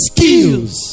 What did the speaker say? Skills